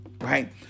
right